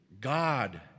God